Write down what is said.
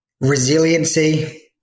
resiliency